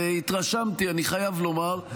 התרשמתי, אני חייב לומר,